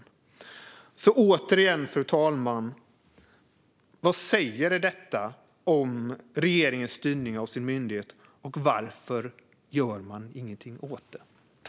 Fru talman! Vad säger detta om regeringens styrning av sin myndighet, och varför gör man ingenting åt det?